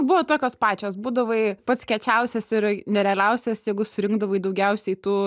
buvo tokios pačios būdavai pats kiečiausias ir nerealiausias jeigu surinkdavai daugiausiai tų